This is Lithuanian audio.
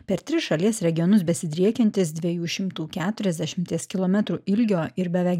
per tris šalies regionus besidriekiantis dviejų šimtų keturiasdešimties kilometrų ilgio ir beveik